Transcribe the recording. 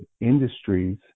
industries